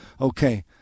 okay